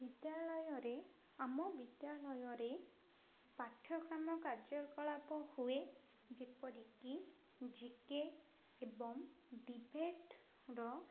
ବିଦ୍ୟାଳୟରେ ଆମ ବିଦ୍ୟାଳୟରେ ପାଠ୍ୟକ୍ରମ କାର୍ଯ୍ୟକଳାପ ହୁଏ ଯେପରିକି ଜି କେ ଏବଂ ଡିବେଟ୍ର